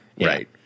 Right